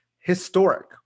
historic